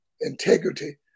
integrity